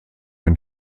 ein